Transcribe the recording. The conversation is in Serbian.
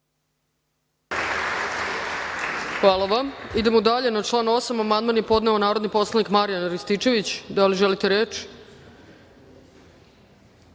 Hvala vam. Idemo dalje. Na član 8. amandman je podneo narodni poslanik Marijan Rističević. Da li želite reč?